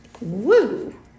Woo